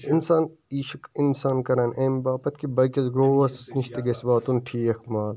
اِنسان یہِ چھُ اِنسان کَران اَمہِ باپَتھ کہِ باقیَس گرٛو ورس نِش تہِ گَژھہِ واتُن ٹھیٖک مال